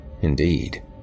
Indeed